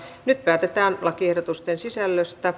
nyt päätetään lakiehdotusten sisällöstä